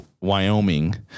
Wyoming